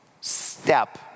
step